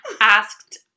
asked